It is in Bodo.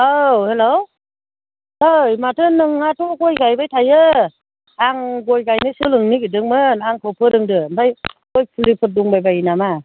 औ हेलौ ओइ माथो नोंहाथ' गय गायबाय थायो आं गय गायनो सोलोंनो निगिरदोंमोन आंखौ फोरोंदो ओमफाय गय फुलिफोर दंबायबायो नामा